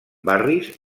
barris